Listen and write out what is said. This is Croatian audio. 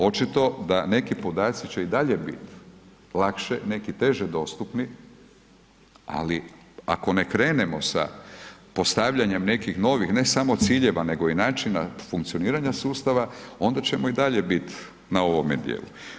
Očito da neki podaci će i dalje bit lakše, neki teže dostupni, ali ako ne krenemo sa postavljanjem nekih novih, ne samo ciljeva nego i načina funkcioniranja sustava onda ćemo i dalje bit na ovome dijelu.